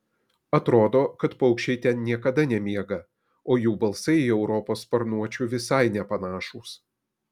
atrodo kad paukščiai ten niekada nemiega o jų balsai į europos sparnuočių visai nepanašūs